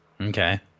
okay